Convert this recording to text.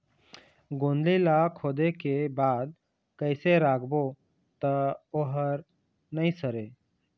गोंदली ला खोदे के बाद कइसे राखबो त ओहर नई सरे?